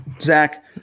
Zach